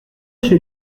chez